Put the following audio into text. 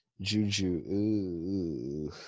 Juju